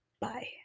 Bye